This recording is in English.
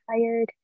tired